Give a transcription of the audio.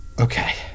Okay